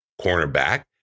cornerback